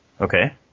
okay